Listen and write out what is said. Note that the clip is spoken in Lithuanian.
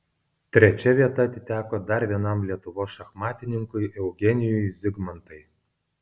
trečia vieta atiteko dar vienam lietuvos šachmatininkui eugenijui zigmantai